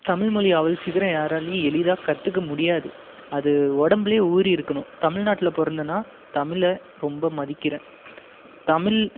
தமிழ் மொழியை அவ்வளோ சீக்கிரம் யாராலேயும் எளிதாக கற்றுக்க முடியாது அது உடம்புலே ஊறியிருக்கணும் தமிழ் நாட்டில் பிறந்த நான் தமிழை ரொம்ப மதிக்கிறேன் தமிழ்